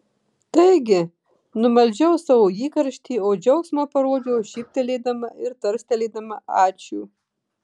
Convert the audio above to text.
taigi numaldžiau savo įkarštį o džiaugsmą parodžiau šyptelėdama ir tarstelėdama ačiū